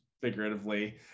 figuratively